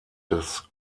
des